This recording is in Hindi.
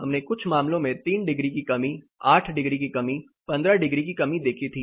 हमने कुछ मामलों में 3 डिग्री की कमी 8 डिग्री की कमी 15 डिग्री की कमी देखी थी